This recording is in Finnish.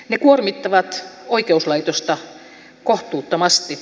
ne kuormittavat oikeuslaitosta kohtuuttomasti